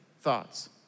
thoughts